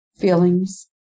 feelings